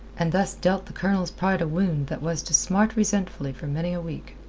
and thus dealt the colonel's pride a wound that was to smart resentfully for many a week.